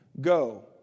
go